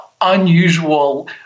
unusual